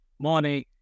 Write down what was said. morning